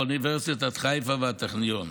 אוניברסיטת חיפה והטכניון.